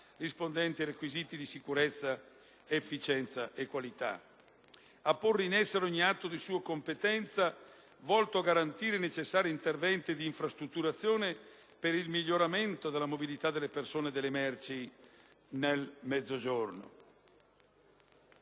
rispondenti ai requisiti di sicurezza, efficienza e qualità; a porre in essere ogni atto di sua competenza volto a garantire i necessari interventi di infrastrutturazione per il miglioramento della mobilità delle persone e delle merci nel Mezzogiorno;